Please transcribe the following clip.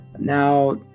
Now